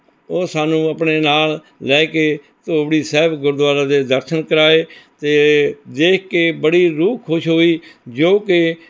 ਉਹ ਸਾਨੂੰ ਆਪਣੇ ਨਾਲ ਲੈ ਕੇ ਧੂਬਰੀ ਸਾਹਿਬ ਗੁਰਦੁਆਰਾ ਦੇ ਦਰਸ਼ਨ ਕਰਾਏ ਅਤੇ ਦੇਖ ਕੇ ਬੜੀ ਰੂਹ ਖੁਸ਼ ਹੋਈ ਜੋ ਕਿ